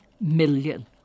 million